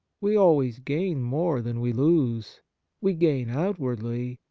we always gain more than we lose we gain outwardly,